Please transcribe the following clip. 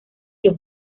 los